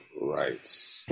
right